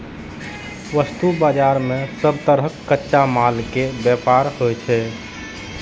वस्तु बाजार मे सब तरहक कच्चा माल के व्यापार होइ छै